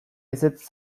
ezetz